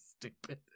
stupid